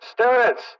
Students